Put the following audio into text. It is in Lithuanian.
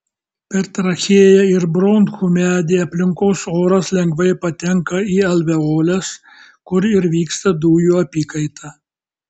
per trachėją ir bronchų medį aplinkos oras lengvai patenka į alveoles kur ir vyksta dujų apykaita